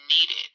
needed